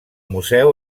museu